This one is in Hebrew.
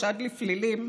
חשד לפלילים,